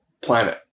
planet